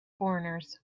foreigners